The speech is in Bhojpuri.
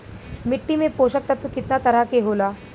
मिट्टी में पोषक तत्व कितना तरह के होला?